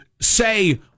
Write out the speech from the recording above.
say